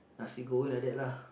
nasi-goreng like that lah